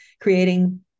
creating